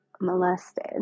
molested